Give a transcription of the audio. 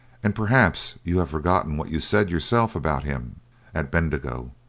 and perhaps you have forgotten what you said yourself about him at bendigo.